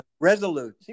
Resolute